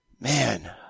man